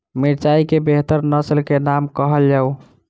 मिर्चाई केँ बेहतर नस्ल केँ नाम कहल जाउ?